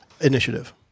initiative